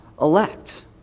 elect